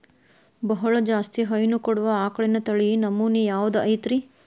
ಬಹಳ ಜಾಸ್ತಿ ಹೈನು ಕೊಡುವ ಆಕಳಿನ ತಳಿ ನಮೂನೆ ಯಾವ್ದ ಐತ್ರಿ?